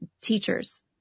teachers